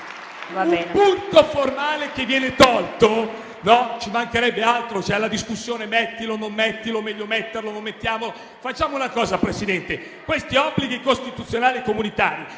un punto formale che viene tolto. Ci mancherebbe altro, c'è la discussione se metterlo o metterlo, meglio metterlo o non metterlo. Facciamo una cosa, Presidente: questi obblighi costituzionali e comunitari